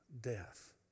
death